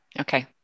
Okay